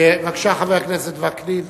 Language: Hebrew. בבקשה, חבר הכנסת וקנין.